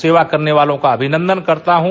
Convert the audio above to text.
सेवा करने वालों का अभिनन्द करता हूँ